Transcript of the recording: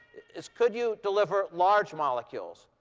is could you deliver large molecules,